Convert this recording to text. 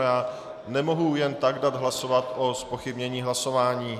Já nemohu jen tak dát hlasovat o zpochybnění hlasování.